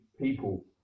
people